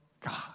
God